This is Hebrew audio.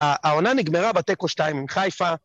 העונה נגמרה בתיקו שתיים עם חיפה.